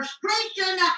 frustration